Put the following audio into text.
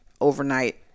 overnight